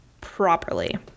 properly